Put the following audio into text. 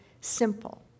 simple